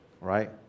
right